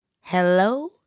Hello